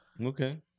Okay